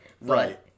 Right